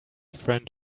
friend